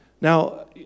Now